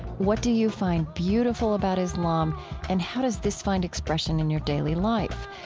what do you find beautiful about islam and how does this find expression in your daily life?